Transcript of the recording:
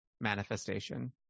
manifestation